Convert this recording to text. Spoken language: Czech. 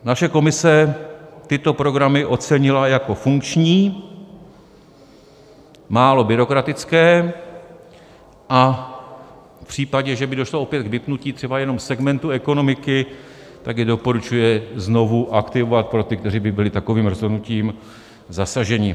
Naše komise tyto programy ocenila jako funkční, málo byrokratické, a v případě, že by došlo opět k vypnutí třeba jenom segmentu ekonomiky, tak je doporučuje znovu aktivovat pro ty, kteří by byli takovým rozhodnutím zasaženi.